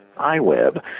iWeb